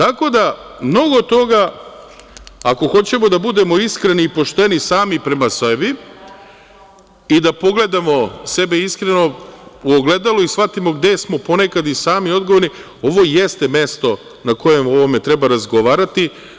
Ako hoćemo da budemo iskreni i pošteni sami prema sebi, i da pogledamo sebe iskreno u ogledalo i da shvatimo gde smo ponekad i sami odgovorni, ovo jeste mesto na kojem o ovome treba razgovarati.